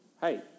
hey